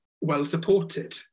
well-supported